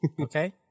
Okay